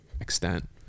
extent